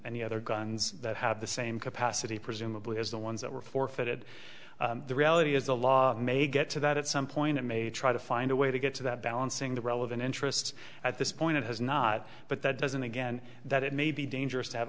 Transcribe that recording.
any other guns that have the same capacity presumably as the ones that were forfeited the reality is the law may get to that at some point and may try to find a way to get to that balancing the relevant interest at this point it has not but that doesn't again that it may be dangerous to have